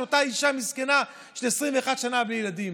של אותה אישה מסכנה ש-21 שנה היא בלי ילדים.